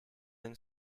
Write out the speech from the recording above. and